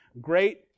great